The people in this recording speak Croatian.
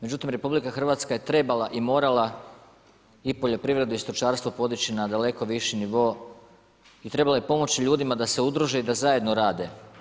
Međutim, RH je trebala i morala i poljoprivredu i stočarstvo podići na daleko viši nivo i trebala je pomoći ljudima da se udruže i da zajedno rade.